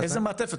איזה מעטפת?